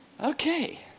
Okay